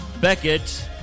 Beckett